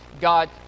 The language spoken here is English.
God